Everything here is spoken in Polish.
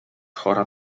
chora